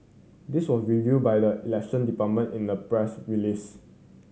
this was revealed by the Election Department in a press release